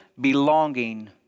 belonging